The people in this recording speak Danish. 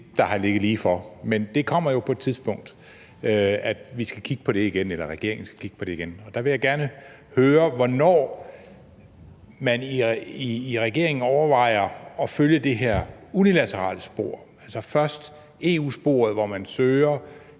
der har ligget lige for. Men der kommer jo et tidspunkt, hvor vi – regeringen – skal kigge på det igen. Der vil jeg gerne høre, hvornår man i regeringen overvejer at følge det her unilaterale spor, altså først EU-sporet, hvor man søger